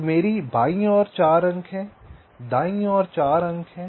तो मेरे बाईं ओर 4 अंक हैं दाईं ओर 4 अंक हैं